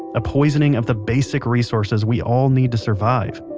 a poisoning of the basic resources we all need to survive.